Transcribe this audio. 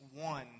one